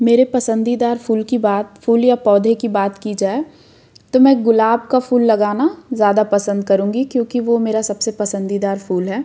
मेरे पसंदीदा फूल की बात फूल या पौधे की बात की जाए तो मैं गुलाब का फूल लगाना ज़्यादा पसंद करूँगी क्योंकि वो मेरा सबसे पंसदीदा फूल है